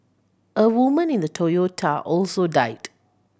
a woman in the Toyota also died